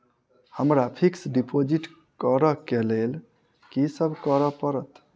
हमरा fix deposit करऽ केँ लेल की सब करऽ पड़त?